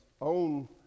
own